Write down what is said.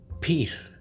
peace